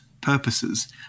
purposes